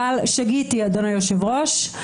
אבל שגיתי אדוני היושב ראש.